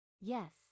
Yes